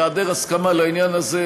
בהיעדר הסכמה לעניין הזה,